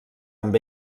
amb